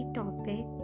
topic